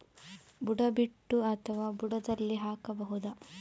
ಬುಡ ಬಿಟ್ಟು ಅಥವಾ ಬುಡದಲ್ಲಿ ಹಾಕಬಹುದಾ?